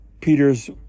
Peter's